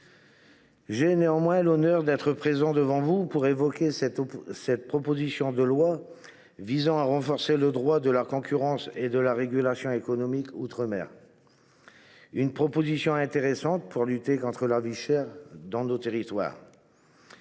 J’ai néanmoins l’honneur d’être présent devant vous pour évoquer cette proposition de loi visant à renforcer le droit de la concurrence et de la régulation économique outre mer, texte intéressant pour lutter contre la vie chère dans nos territoires.